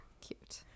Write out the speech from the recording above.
Cute